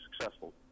successful